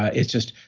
ah it's just,